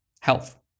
Health